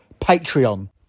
Patreon